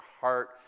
heart